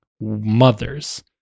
mothers